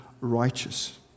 righteous